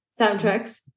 soundtracks